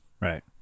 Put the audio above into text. right